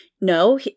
no